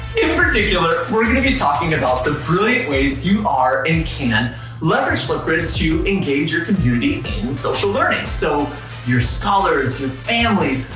in particular, we're going to be talking about the brilliant ways you are and can leverage flipgrid to engage your community in social learning. so your scholars, your families,